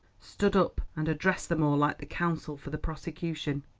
stood up and addressed them all like the counsel for the prosecution.